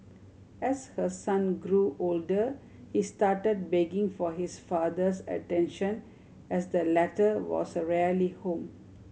as her son grew older he started begging for his father's attention as the latter was rarely home